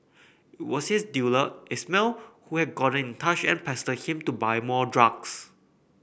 was his dealer Ismail who had gotten in touch and pestered him to buy more drugs